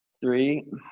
Three